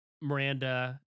Miranda